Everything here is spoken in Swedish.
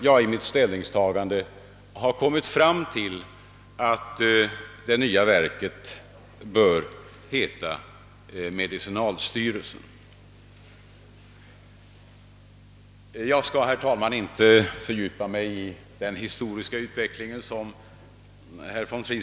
Låt mig gärna deklarera att för mig personligen har samordningen och integreringen av hälsooch sjukvården och socialvården helt naturligt varit det väsentliga. Namnfrågans betydelse och dignitet bör inte förstoras.